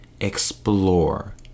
explore